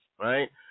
right